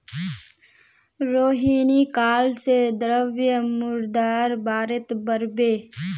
रोहिणी काल से द्रव्य मुद्रार बारेत पढ़बे